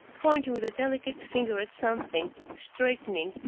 pointing with a delicate finger at something, straightening,